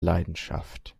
leidenschaft